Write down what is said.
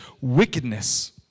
wickedness